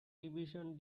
division